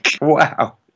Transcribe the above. Wow